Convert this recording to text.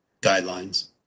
guidelines